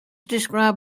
describe